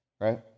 Right